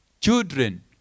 children